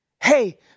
hey